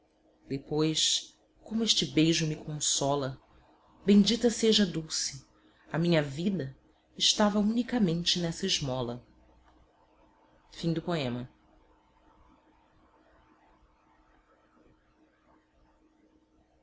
depois como este beijo me consola bendita seja a dulce a minha vida estava unicamente nessa esmola